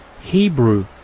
Hebrew